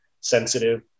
sensitive